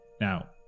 Now